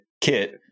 Kit